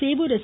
Sevur S